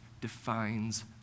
defines